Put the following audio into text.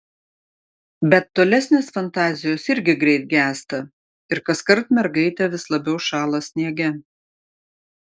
bet tolesnės fantazijos irgi greit gęsta ir kaskart mergaitė vis labiau šąla sniege